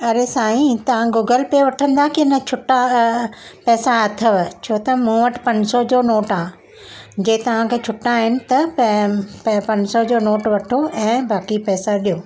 अड़े साईं तव्हां गूगल पे वठंदा की न छुटा पैसा अथव छो त मूं वटि पंज सौ जो नोट आहे जंहिं तव्हां खे छुटा आहिनि त प पंज सौ जो नोट वठो ऐं बाक़ी पैसा ॾियो